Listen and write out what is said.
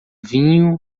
vinho